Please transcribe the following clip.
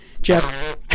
Jeff